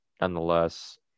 nonetheless